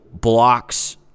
blocks